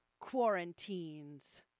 Quarantines